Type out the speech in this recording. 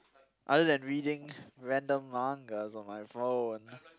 other than reading random mangas on my phone